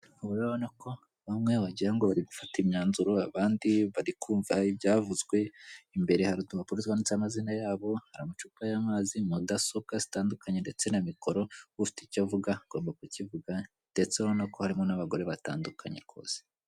ubu rero urabona ko bamwe wagira ngo bari gufata imyanzuro, abandi bari kumva ibyavuzwe, imbere hari udupapuro twanditseho amazina yabo, hari amacupa y'amazi, mudasobwa zitandukanye ndetse na mikoro, ufite icyo avuga agomba kukivuga, ndetse urabona ko harimo n'abagore batandukanye rwose.